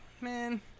man